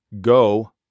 go